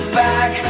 back